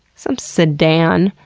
some sedan.